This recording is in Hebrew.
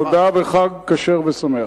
תודה וחג כשר ושמח.